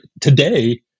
Today